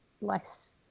less